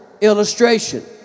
Illustration